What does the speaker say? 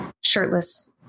shirtless